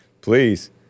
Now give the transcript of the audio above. Please